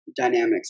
dynamics